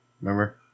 Remember